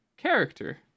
character